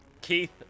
Keith